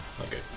Okay